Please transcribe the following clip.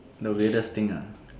the weirdest thing ah